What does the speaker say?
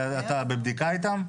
אתה בבדיקה איתם?